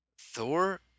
Thor